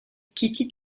kitty